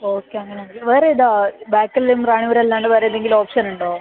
okay അങ്ങനെ ആണെങ്കിൽ വേറെ ഏതാ ബേക്കലും റാണിപുരം അല്ലാണ്ട് വേറെ ഏതെങ്കിലും ഓപ്ഷൻ ഉണ്ടോ